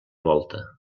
volta